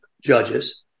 judges